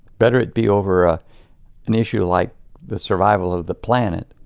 better it be over ah an issue like the survival of the planet